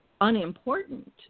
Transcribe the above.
unimportant